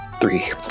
Three